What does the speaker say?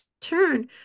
turn